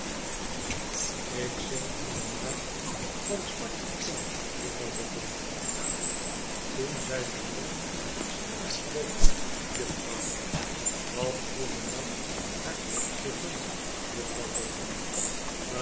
k zing hoe de maagd van smart verging juffrouw boffin toen zij vernam van s minnaars dood juffrouw wat droeve nacht haar geest beving juffrouw bofhn